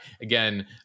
Again